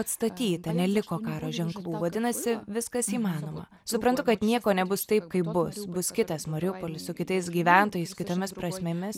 atstatyta neliko karo ženklų vadinasi viskas įmanoma suprantu kad nieko nebus taip kaip bus bus kitas mariupolis su kitais gyventojais kitomis prasmėmis